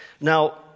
Now